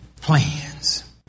plans